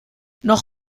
noch